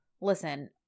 Listen